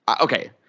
okay